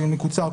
דין מקוצר,